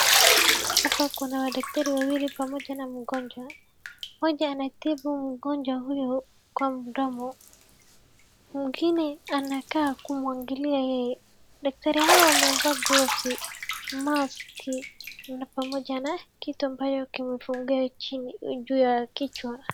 Hapa kuna madaktari wawili pamoja na mgonjwa, mmoja anatibu mgonjwa huyu kwa mdomo, mwingine anakaa kumwangalia yeye, daktari hao wamevaa glovsi, maski na pamoja na kitu ambayo kimefungiwa chini juu ya kichwa.